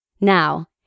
Now